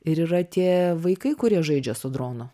ir yra tie vaikai kurie žaidžia su dronu